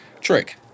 Trick